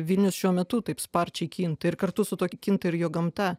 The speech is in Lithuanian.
vilnius šiuo metu taip sparčiai kinta ir kartu su tuo kinta ir jo gamta